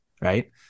right